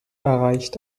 erreicht